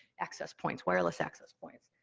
access points, wireless access points.